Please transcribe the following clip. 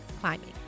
climbing